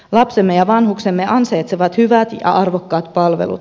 lapsemme ja vanhuksemme ansaitsevat hyvät ja arvokkaat palvelut